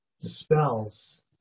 dispels